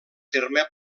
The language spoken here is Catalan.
terme